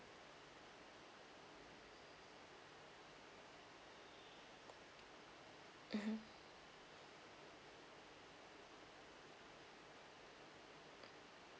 mmhmm